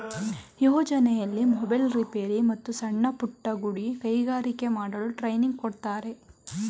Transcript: ಯೋಜನೆಯಲ್ಲಿ mobile repair, ಮತ್ತು ಸಣ್ಣಪುಟ್ಟ ಗುಡಿ ಕೈಗಾರಿಕೆ ಮಾಡಲು ಟ್ರೈನಿಂಗ್ ಕೊಡ್ತಾರೆ